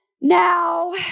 Now